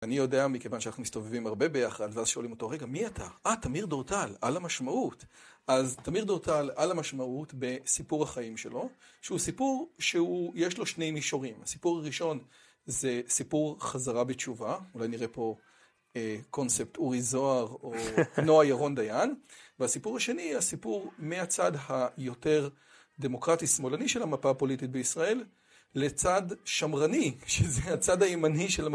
אני יודע מכיוון שאנחנו מסתובבים הרבה ביחד ואז שואלים אותו רגע, מי אתה? אה, תמיר דורטל, על המשמעות. אז תמיר דורטל על המשמעות בסיפור החיים שלו, שהוא סיפור שיש לו שני מישורים. הסיפור הראשון זה סיפור חזרה בתשובה, אולי נראה פה קונספט אורי זוהר או נועה ירון דיין. והסיפור השני, הסיפור מהצד היותר דמוקרטי-שמאלני של המפה הפוליטית בישראל לצד שמרני, שזה הצד הימני של המפה.